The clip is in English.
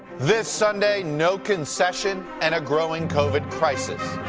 this sunday no concession and a growing covid crisis.